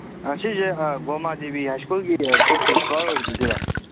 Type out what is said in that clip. ꯁꯤꯁꯦ ꯒꯣꯃꯥ ꯗꯦꯕꯤ ꯍꯥꯏ ꯁ꯭ꯀꯨꯜꯒꯤ ꯑꯩꯈꯣꯏ ꯄ꯭ꯔꯤꯟꯁꯤꯄꯥꯜ ꯑꯣꯏꯕꯤꯗꯣꯏꯔꯥ